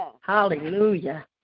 Hallelujah